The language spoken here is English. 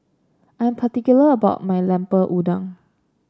I'm particular about my Lemper Udang